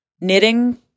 knitting